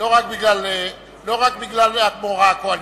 לא רק בגלל הוראה מהקואליציה.